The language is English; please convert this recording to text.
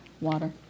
water